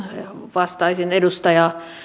vastaisin edustaja